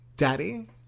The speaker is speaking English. Daddy